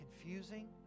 confusing